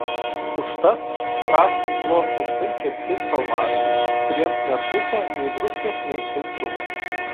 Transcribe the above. užtat traškūs buvo sausai kepti kalmarai kuriems netrūko nei druskos nei aitrumo